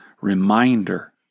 reminder